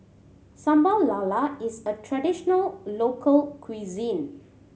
Sambal Lala is a traditional local cuisine